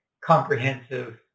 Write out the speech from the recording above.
comprehensive